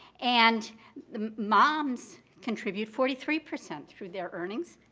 and moms contribute forty three percent through their earnings.